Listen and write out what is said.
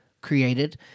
created